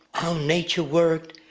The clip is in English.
how nature worked.